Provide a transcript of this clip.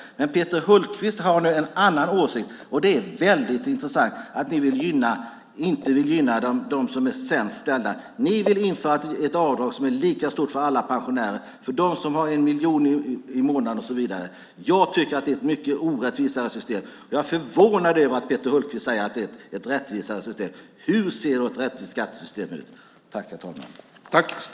Men Peter Hultqvist har en annan åsikt. Det är mycket intressant att ni inte vill gynna de sämst ställda. Ni vill införa ett avdrag som är lika stort för alla pensionärer, även för dem som har 1 miljon i månaden och så vidare. Jag tycker att det är ett mycket orättvisare system. Jag är förvånad över att Peter Hultqvist säger att det är ett rättvisare system. Hur ser då ett rättvist skattesystem ut?